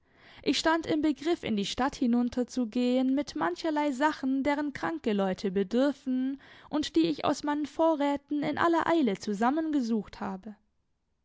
ich stand im begriff in die stadt hinunterzugehen mit mancherlei sachen deren kranke leute bedürfen und die ich aus meinen vorräten in aller eile zusammengesucht habe